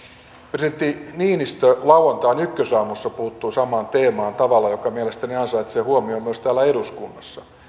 presidentti niinistö lauantain ykkösaamussa puuttui samaan teemaan tavalla joka mielestäni ansaitsee huomion myös täällä eduskunnassa